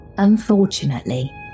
Unfortunately